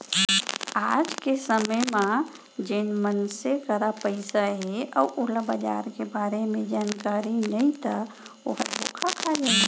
आज के समे म जेन मनसे करा पइसा हे अउ ओला बजार के बारे म जानकारी नइ ता ओहा धोखा खा जाही